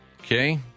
Okay